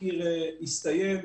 התחקיר הסתיים.